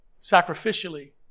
sacrificially